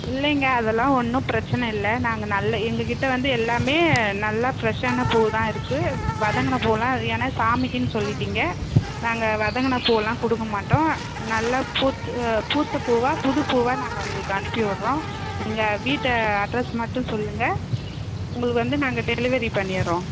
இல்லைங்க அதெல்லாம் ஒன்றும் பிரச்சனை இல்லை நாங்கள் நல்ல எங்கள் கிட்டே வந்து எல்லாம் நல்ல ஃபிரெஷ்ஷான பூ தான் இருக்கு வதங்கின பூலாம் ஏன்னா சாமிக்குன்னு சொல்லிட்டீங்க நாங்கள் வதங்கின பூலாம் கொடுக்க மாட்டோம் நல்ல பூத்த பூத்த பூவாக புதுப் பூவாக நாங்கள் உங்களுக்கு அனுப்பி விட்றோம் நீங்கள் வீட்டு அட்ரெஸ் மட்டும் சொல்லுங்கள் உங்களுக்கு வந்து நாங்கள் டெலிவரி பண்ணிடுறோம்